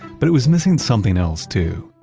but it was missing something else too.